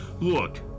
Look